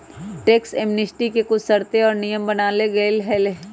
tax amnesty के कुछ शर्तें और नियम बनावल गयले है